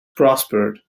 prospered